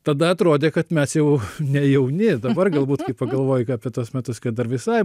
tada atrodė kad mes jau ne jauni dabar galbūt kai pagalvoji apie tuos metus kad dar visai